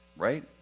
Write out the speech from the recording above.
right